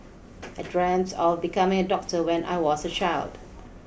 I dreamt of becoming a doctor when I was a child